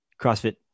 CrossFit